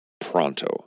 Pronto